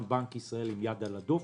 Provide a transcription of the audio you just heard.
בנק ישראל כל הזמן עם היד על הדופק.